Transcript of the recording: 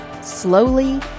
slowly